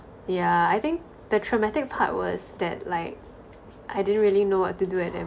yeah I think the traumatic part was that like I didn't really know what to do at that